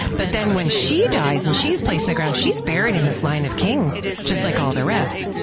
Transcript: but then when she dies and she's placed the ground, she's buried in this line of kings just like all the rest.